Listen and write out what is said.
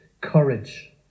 courage